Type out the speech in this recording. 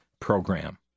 Program